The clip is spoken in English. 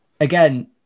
again